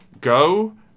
Go